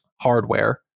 hardware